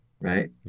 Right